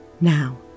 Now